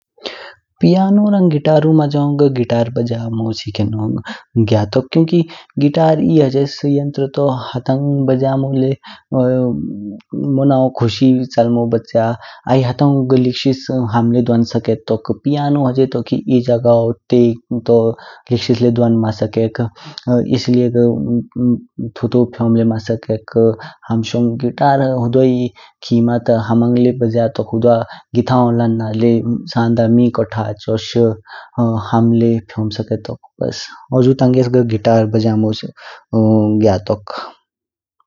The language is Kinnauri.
पियानो रंग गिटारू मजनो घ गिटार बज्यामो सीखनो ग्यातोक। क्युकी गिटार ए हाजेस यंत्र तो हातोनु बज्यामो ले मोनागो खुशी चलमो बच्च्या। आइ हातानू घ लीक्शिश हम ले ध्वन स्केतोक, पियानो हजे तो की ए घाओ त्ग तो लिक्शिश ले ध्वन मासकेघ। गिटार हुडवाई खीमा ता हमांग ले ब्ज्या टोक हुडवा गीतांगो लन्ना ले मी इकोथा हाचोश, हम ले फियोमो स्केतोक ब्स्स हुजु टंगेस घ गिटार बज्यामो ग्यातोक।